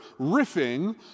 riffing